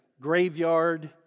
graveyard